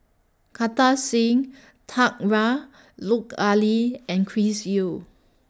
Kartar Singh Thakral Lut Ali and Chris Yeo